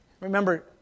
remember